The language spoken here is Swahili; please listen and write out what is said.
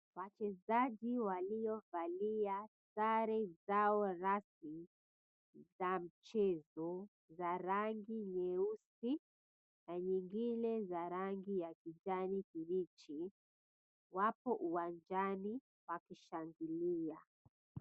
Wachezaji waliovalia sare zao rasmi za mchezo za rangi nyeusi na nyingine za rangi ya kijani kibichi wapo uwanjani wakishangilia.